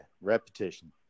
Repetition